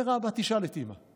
אומר לו האבא: תשאל את אימא.